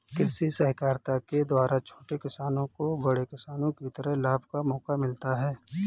कृषि सहकारिता के द्वारा छोटे किसानों को बड़े किसानों की तरह लाभ का मौका मिलता है